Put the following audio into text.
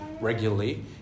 regularly